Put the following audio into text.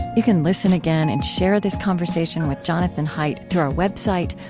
you can listen again and share this conversation with jonathan haidt through our website,